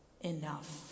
enough